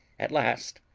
at last,